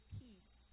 peace